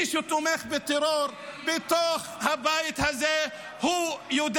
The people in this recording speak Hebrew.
מי שתומך בטרור בתוך הבית הזה יודע,